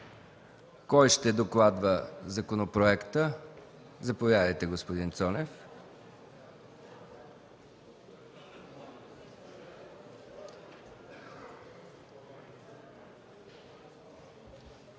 Кой ще докладва законопроекта? Заповядайте, господин Цонев.